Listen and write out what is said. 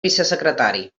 vicesecretari